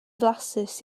flasus